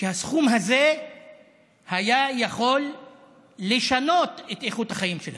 שהסכום הזה היה יכול לשנות את איכות החיים שלהם.